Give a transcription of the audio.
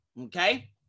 okay